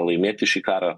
laimėti šį karą